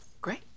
Great